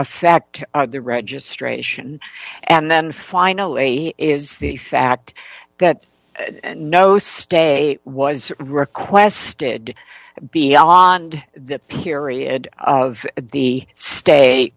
effect of the registration and then finally is the fact that no stay was requested beyond the period of the sta